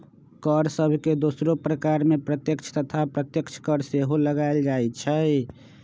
कर सभके दोसरो प्रकार में प्रत्यक्ष तथा अप्रत्यक्ष कर सेहो लगाएल जाइ छइ